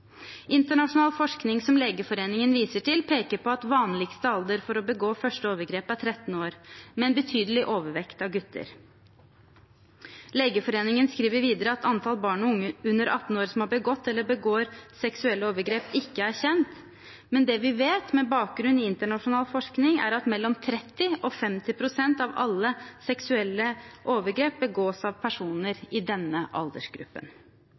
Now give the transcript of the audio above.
Internasjonal forskning som Legeforeningen viser til, peker på at vanligste alder for å begå første overgrep er 13 år, med en betydelig overvekt av gutter. Legeforeningen skriver videre at antall barn og unge under 18 år som har begått eller begår seksuelle overgrep, ikke er kjent, men det vi vet, med bakgrunn i internasjonal forskning, er at mellom 30 pst. og 50 pst. av alle seksuelle overgrep begås av personer i denne aldersgruppen.